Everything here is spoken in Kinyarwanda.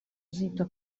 zita